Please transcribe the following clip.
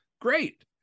great